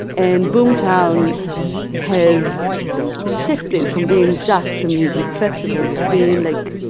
and boomtown has shifted from being just a music festival to being, like,